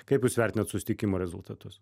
kaip jūs vertinat susitikimo rezultatus